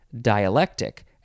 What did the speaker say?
dialectic